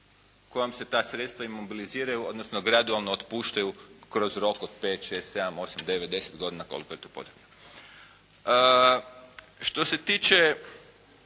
kojom se ta sredstva imobiliziraju, odnosno gradualno otpuštaju kroz rok od pet, šest, sedam, osam, devet, deset godina koliko je to potrebno. Što se tiče